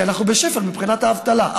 כי אנחנו בשפל מבחינת האבטלה,